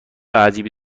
عجیبی